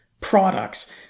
products